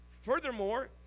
Furthermore